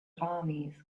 armies